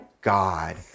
God